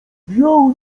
wziął